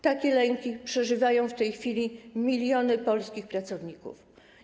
Takie lęki przeżywają w tej chwili miliony polskich pracowników.